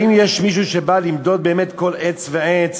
האם יש מישהו שבא למדוד באמת כל עץ ועץ